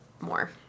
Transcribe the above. more